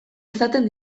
izaten